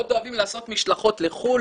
מאוד אוהבים לעשות משלחות בחו"ל